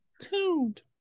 tuned